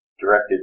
directed